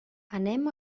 anem